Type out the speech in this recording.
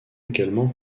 également